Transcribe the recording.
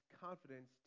confidence